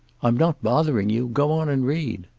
i'm not bothering you. go on and read.